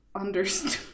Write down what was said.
understood